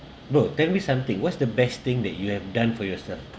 bro tell me something what's the best thing that you have done for yourself